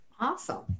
Awesome